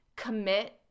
commit